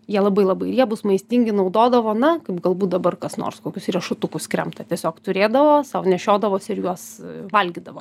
jie labai labai riebūs maistingi naudodavo na kaip galbūt dabar kas nors kokius riešutukus kremta tiesiog turėdavo sau nešiodavosi ir juos valgydavo